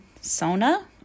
Sona